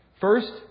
First